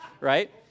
right